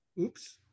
oops